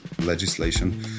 legislation